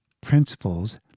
principles